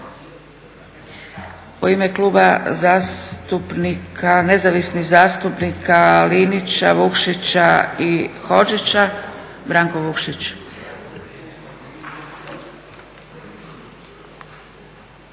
zastupnika nezavisnih zastupnika Linića, Vukšića i Hodžića, Branko Vukšić.